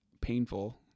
painful